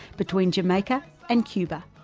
between jamaica and cuba.